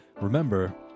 Remember